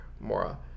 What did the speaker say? Mora